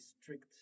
strict